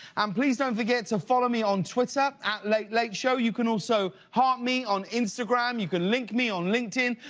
um please don't forget to follow me on twitter at late late show. you can also heart me on instagram. you can link me on linked-in.